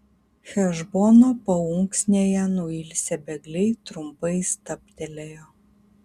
hešbono paunksnėje nuilsę bėgliai trumpai stabtelėjo